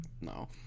No